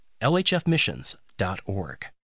lhfmissions.org